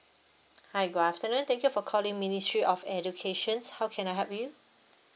hi good afternoon thank you for calling ministry of educations how can I help you